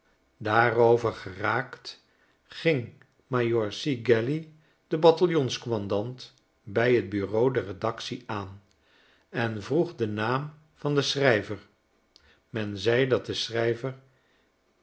daarover geraakt ging majoors galley de bataljons-commandant bij t bureau der redactie aan en vroeg den naam van den schrijver men zei dat de schrijver